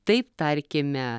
taip tarkime